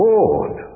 Lord